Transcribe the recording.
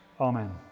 Amen